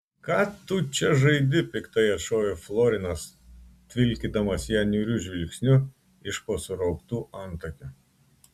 ką tu čia žaidi piktai atšovė florinas tvilkydamas ją niūriu žvilgsniu iš po surauktų antakių